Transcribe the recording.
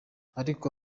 ariko